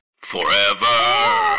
FOREVER